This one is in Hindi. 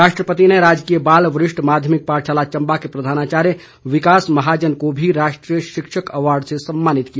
राष्ट्रपति ने राजकीय बाल वरिष्ठ माध्यमिक पाठशाला चंबा के प्रधानाचार्य विकास महाजन को भी राष्ट्रीय शिक्षक अवार्ड से सम्मानित किया